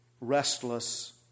restless